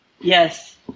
Yes